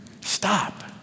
stop